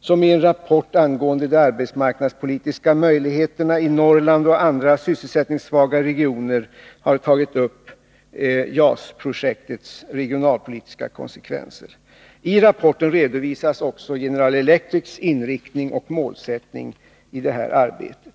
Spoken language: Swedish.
som i en rapport angående de arbetsmarknadspolitiska möjligheterna i Norrland och andra sysselsättningssvaga regioner har tagit upp JAS-projektets regionalpolitiska konsekvenser. I rapporten redovisas också General Electrics inriktning och målsättning i detta arbete.